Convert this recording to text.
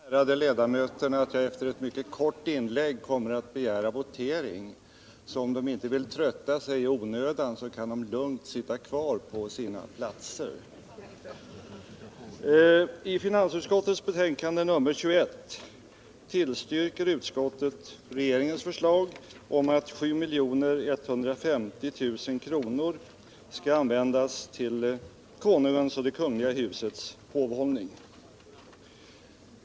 Herr talman! Jag kan meddela de ärade ledamöterna att jag efter ett mycket kort inlägg kommer att begära votering. Så om de inte vill trötta sig i onödan kan de lugnt sitta kvar på sina platser. I finansutskottets betänkande nr 21 tillstyrker utskottet regeringens förslag om att 7 150 000 kr. skall användas till Konungens och det Kungl. Husets hovhållning.